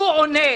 הוא עונה.